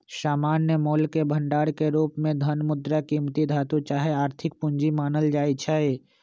सामान्य मोलके भंडार के रूप में धन, मुद्रा, कीमती धातु चाहे आर्थिक पूजी मानल जाइ छै